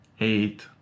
eight